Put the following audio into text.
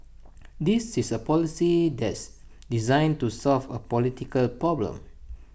this is A policy that's designed to solve A political problem